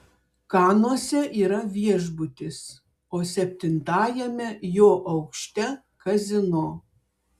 kanuose yra viešbutis o septintajame jo aukšte kazino